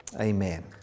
Amen